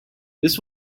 this